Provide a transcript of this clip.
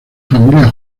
familia